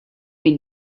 been